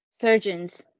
surgeons